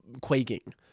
quaking